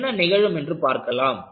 என்ன நிகழும் என்று பார்க்கலாம்